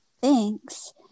Thanks